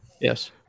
yes